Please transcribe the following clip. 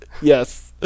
Yes